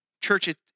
Church